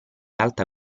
alta